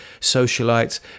socialites